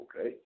Okay